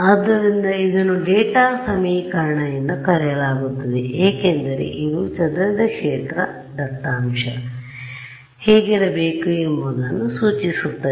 ಆದ್ದರಿಂದ ಇದನ್ನು ಡೇಟಾ ಸಮೀಕರಣ ಎಂದು ಕರೆಯಲಾಗುತ್ತದೆ ಏಕೆಂದರೆ ಇದು ಚದುರಿದ ಕ್ಷೇತ್ರ ದತ್ತಾಂಶ ಹೇಗಿರಬೇಕು ಎಂಬುದನ್ನು ಸೂಚಿಸುತ್ತದೆ